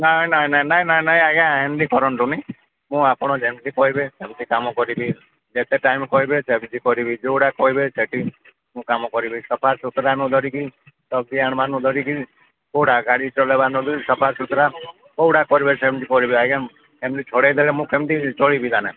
ନାଇଁ ନାଇଁ ନାଇଁ ନାଇଁ ନାଇଁ ନାଇଁ ଆଜ୍ଞା ଏମିତି କରନ୍ତୁନି ମୁଁ ଆପଣ ଯେମିତି କହିବେ ସେମିତି କାମ କରିବି ଯେତେ ଟାଇମ୍ କହିବେ ସେମିତି କରିବି ଯୋଉଟା କହିବେ ସେଠି ମୁଁ କାମ କରିବି ସଫା ସୁତରାଠୁ ଧରିକି ସବ୍ଜି ଆଣିବା ଧରିକି କୋଉଟା ଗାଡ଼ି ଚଲେଇବାଠୁ ନେଇ ସଫା ସୁତୁରା କୋଉଟା କହିବେ ସେମିତି କରିବି ଆଜ୍ଞା ଏମିତି ଛଡ଼େଇଦେଲେ ମୁଁ କେମିତି ଚଳିବି